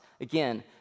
Again